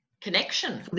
connection